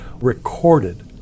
recorded